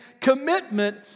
commitment